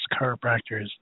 chiropractors